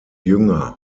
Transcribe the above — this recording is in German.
jünger